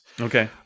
Okay